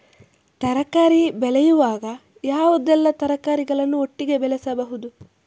ತರಕಾರಿ ಬೆಳೆಯುವಾಗ ಯಾವುದೆಲ್ಲ ತರಕಾರಿಗಳನ್ನು ಒಟ್ಟಿಗೆ ಬೆಳೆಸಬಹುದು?